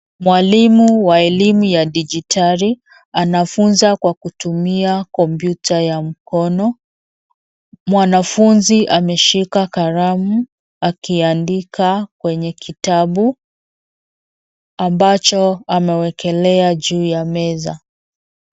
Mwalimu wa elimu ya dijitali, anafunza kwa kutumia kompyuta ya mkono. Mwanafunzi ameshika kalamu, akiandika kwenye kitabu, ambacho amewekelea juu ya meza.